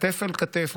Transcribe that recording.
כתף אל כתף,